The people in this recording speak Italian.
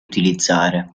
utilizzare